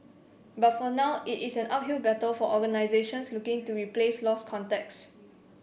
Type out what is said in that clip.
but for now it is an uphill battle for organisations looking to replace lost contracts